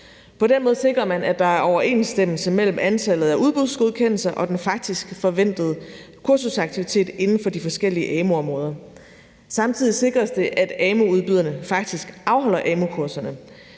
På den måde sikrer man, at der er overensstemmelse mellem antallet af udbudsgodkendelser og den faktisk forventede kursusaktivitet inden for de forskellige amu-områder. Samtidig sikres det, at amu-udbyderne faktisk afholder amu-kurserne.